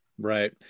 Right